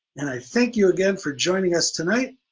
and i thank you again for joining us tonight,